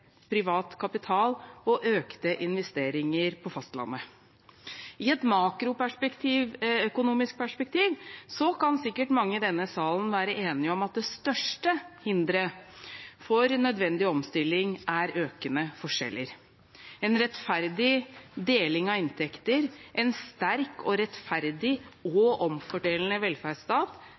privat kapital og økte investeringer på fastlandet. I et makroøkonomisk perspektiv kan sikkert mange i denne salen være enige om at det største hinderet for nødvendig omstilling er økende forskjeller. En rettferdig deling av inntekter, en sterk og rettferdig og omfordelende velferdsstat